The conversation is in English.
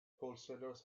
wholesalers